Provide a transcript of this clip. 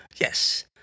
Yes